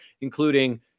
including